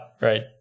right